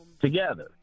Together